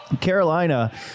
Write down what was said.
Carolina